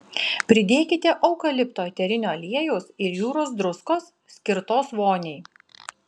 pridėkite eukalipto eterinio aliejaus ir jūros druskos skirtos voniai